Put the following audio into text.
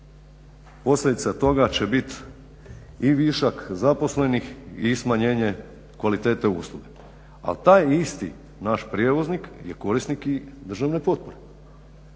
Posljedica toga će bit i višak zaposlenih i smanjenje kvalitete usluge. Ali taj isti naš prijevoznik je korisnik i državne potpore.